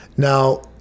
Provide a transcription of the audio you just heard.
Now